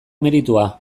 meritua